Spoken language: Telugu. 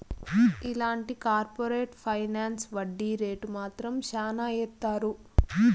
ఇలాంటి కార్పరేట్ ఫైనాన్స్ వడ్డీ రేటు మాత్రం శ్యానా ఏత్తారు